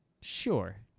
Sure